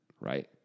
right